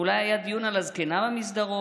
אולי היה דיון על הזקנה במסדרון?